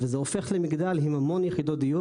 וזה הופך למגדל עם המון יחידות דיור